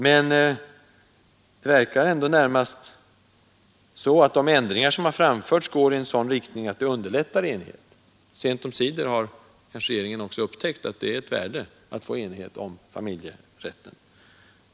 Men det verkar ändå närmast som om de ändringar som gjorts går i sådan riktning att de underlättar enigheten. Sent omsider har regeringen kanske också upptäckt att det ligger ett värde i att få enighet om familjerätten.